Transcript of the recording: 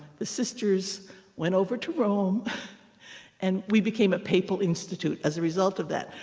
the sisters went over to rome and we became a papal institute as a result of that.